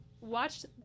watched